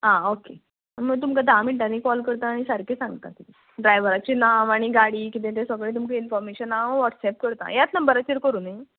आ okay म् तुमकां धा मिण्टांनी कॉल करतां आनी सारकें सांगता ड्रायवराचें नांव आनी गाडी कितें तें सगळें तुमकां इन्फॉर्मेशन हांव वॉट्सॅप करतां यात नंबराचेर करूं न्ही